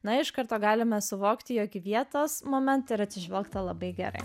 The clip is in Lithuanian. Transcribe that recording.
na iš karto galime suvokti jog į vietos momentą yra atsižvelgta labai gerai